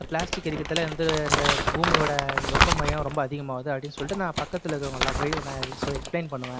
இந்த பிளாஸ்டிக் எரிக்கிறதில் வந்து இந்த பூமியோடய வெப்ப மையம் ரொம்ப அதிகமாகுது அப்படின்னு சொல்லிட்டு நான் பக்கத்தில் இருக்கிறவங்கள்ட்டலாம் போய் நான் சொல்லி எக்ஸ்பிளைன் பண்ணுவேன்